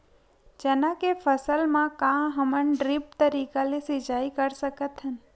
चना के फसल म का हमन ड्रिप तरीका ले सिचाई कर सकत हन?